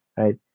Right